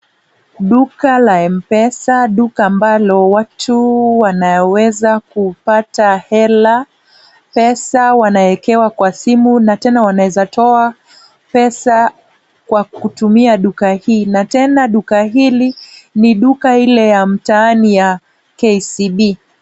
Duka la Mpesa, duka ambalo watu wanaweza kupata hela, pesa wanaekewa kwa simu na tena wanaeza toa, pesa kwa kutumia duka hii, na tena duka hili, ni duka ile ya mtaani ya K.C.B.